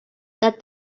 that